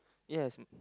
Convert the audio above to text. yes